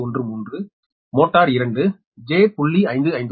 413 motor 2 j0